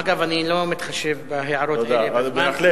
אגב, אני לא מתחשב בהערות האלה בזמן.